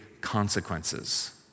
consequences